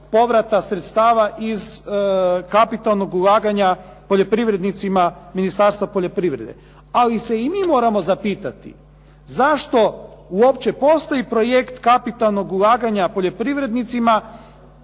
povrata sredstava iz kapitalnog ulaganja poljoprivrednicima Ministarstva poljoprivrede. Ali se i mi moramo zapitati zašto uopće postoji projekt kapitalnog ulaganja poljoprivrednicima